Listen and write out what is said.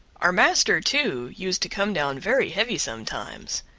our master, too, used to come down very heavy sometimes.